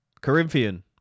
Corinthian